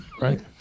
right